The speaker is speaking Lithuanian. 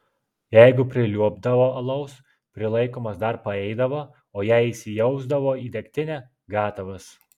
jeigu priliuobdavo alaus prilaikomas dar paeidavo o jei įsijausdavo į degtinę gatavas